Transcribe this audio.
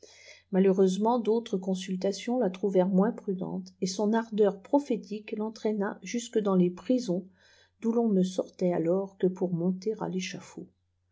malheureusement d'autres consultations la trouvèrent moins prudente et son ardeur prophétique l'entratna jusque dans les prisons doù ton ne sortait alors que pour monter à téchafaud